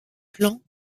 plans